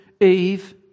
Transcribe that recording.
Eve